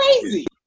crazy